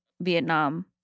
Vietnam